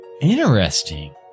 Interesting